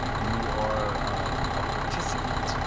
you are a participant,